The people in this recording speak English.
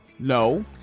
No